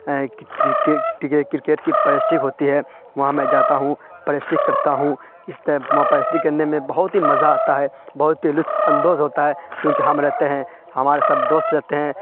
cricket کی practice ہوتی ہے وہاں میں جاتا ہوں پریسٹک کرتا ہوں اس طرح وہاں پریسٹک کرنے میں بہت ہی مزہ آتا ہے بہت ہی لطف اندوز ہوتا ہے کیونکہ ہم رہتے ہیں ہمارے سب دوست رہتے ہیں